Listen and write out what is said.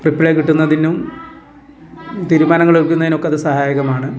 reply കിട്ടുന്നതിനും തിരുമാനങ്ങൾ എടുക്കുന്നതിനൊക്കെയത് സഹായകമാണ്